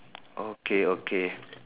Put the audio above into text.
okay okay